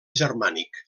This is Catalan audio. germànic